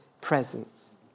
presence